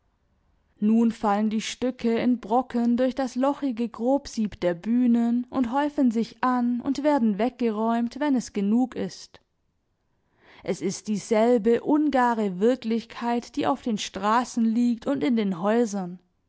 nun fallen die stücke in brocken durch das lochige grobsieb der bühnen und häufen sich an und werden weggeräumt wenn es genug ist es ist dieselbe ungare wirklichkeit die auf den straßen liegt und in den häusern